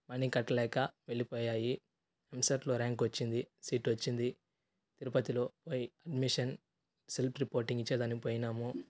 money కట్టలేక వెళ్ళిపోయాయి ఎంసెట్లో ర్యాంక్ వచ్చింది సీట్ వచ్చింది తిరుపతిలో పోయి అడ్మిషన్ సెల్ఫ్ రిపోర్టింగ్ ఇచ్చేదానికి పోయినాము